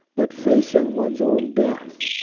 but facing one's own death,